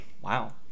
Wow